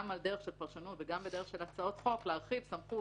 על דרך של פרשנות וגם בדרך של הצעות חוק להרחיב סמכות